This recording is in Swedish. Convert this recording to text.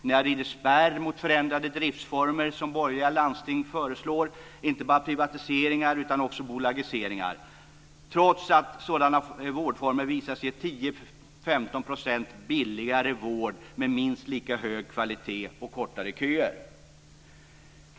Ni har ridit spärr mot förändrade driftsformer som borgerliga landsting föreslår. Det gäller inte bara privatiseringar utan också bolagiseringar, trots att sådana vårdformer visat sig ge 10-15 % billigare vård med minst lika hög kvalitet och kortare köer.